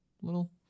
Little